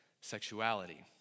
sexuality